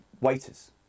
waiters